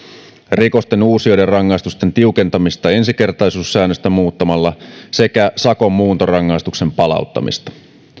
rikosten uusijoiden rangaistusten tiukentamista ensikertalaisuussäännöstä muuttamalla sekä sakon muuntorangaistusten palauttamista vuoden